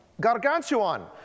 gargantuan